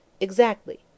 Exactly